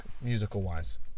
musical-wise